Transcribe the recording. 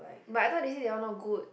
but I thought they say that one not good